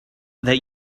that